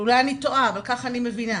אולי אני טועה אבל כך אני מבינה.